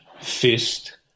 Fist